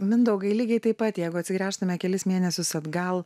mindaugai lygiai taip pat jeigu atsigręžtume kelis mėnesius atgal